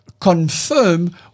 confirm